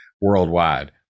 worldwide